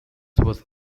was